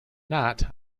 not